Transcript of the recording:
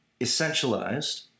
essentialized